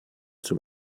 zum